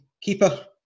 Keeper